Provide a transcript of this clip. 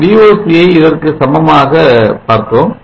நான் Voc யை இதற்கு சமமாக பார்த்தோம்